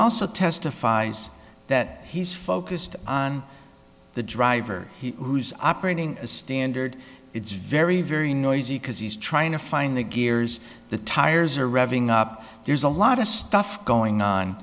also testified that he's focused on the driver who's operating standard it's very very noisy because he's trying to find the gears the tires are revving up there's a lot of stuff going on